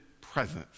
presence